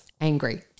angry